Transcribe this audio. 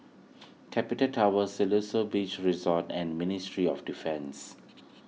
Capital Tower Siloso Beach Resort and Ministry of Defence